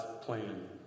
plan